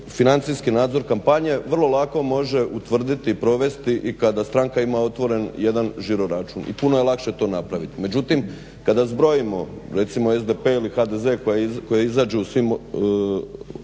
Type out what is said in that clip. financijski nadzor kampanje vrlo lako može utvrditi i provesti i kada stranka ima otvoren jedan žiro-račun. I puno je lakše to napraviti. Međutim, kada zbrojimo recimo SDP ili HDZ koji izađu u svim